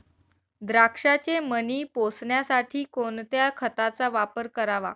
द्राक्षाचे मणी पोसण्यासाठी कोणत्या खताचा वापर करावा?